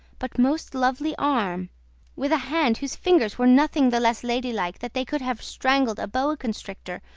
but most lovely arm with a hand whose fingers were nothing the less ladylike that they could have strangled a boa-constrictor,